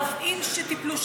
הרופאים שטיפלו,